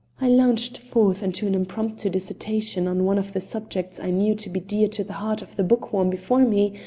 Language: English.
i launched forth into an impromptu dissertation on one of the subjects i knew to be dear to the heart of the bookworm before me,